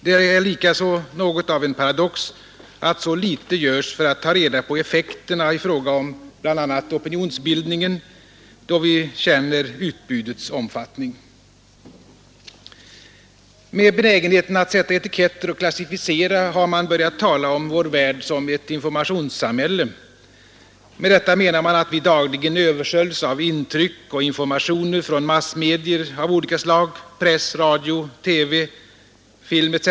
Det är likaså något av en paradox att så litet görs för att ta reda på effekterna i fråga om bl.a. opinionsbildningen, då vi känner utbudets omfattning. Med benägenheten att sätta etiketter och klassificera har man börjat tala om vår värld som ett informationssamhälle. Med detta menar man att vi dagligen översköljs av intryck och informationer från massmedier av olika slag — press, radio, TV, film etc.